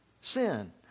sin